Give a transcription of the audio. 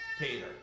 Peter